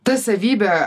ta savybė